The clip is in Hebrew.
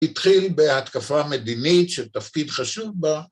התחיל בהתקפה מדינית שתפקיד חשוב בה